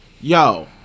Yo